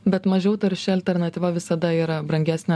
bet mažiau tarši alternatyva visada yra brangesnė